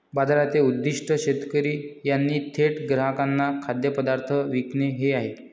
बाजाराचे उद्दीष्ट शेतकरी यांनी थेट ग्राहकांना खाद्यपदार्थ विकणे हे आहे